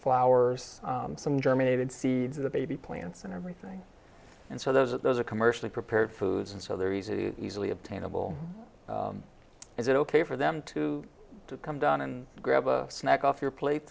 flowers some germinated seeds the baby plants and everything and so those are those are commercially prepared foods and so they're easy easily obtainable is it ok for them to come down and grab a snack off your plate